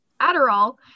Adderall